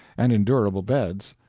and endurable beds,